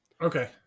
Okay